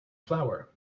flower